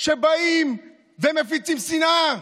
שבאים ומפיצים שנאה.